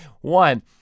One